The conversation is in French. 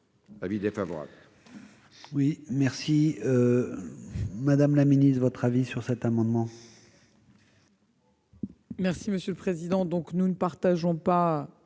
avis défavorable